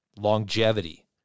longevity